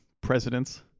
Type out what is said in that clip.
presidents